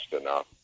enough